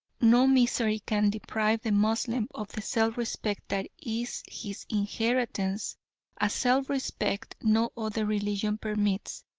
no misery can deprive the moslem of the self-respect that is his inheritance a self-respect no other religion permits,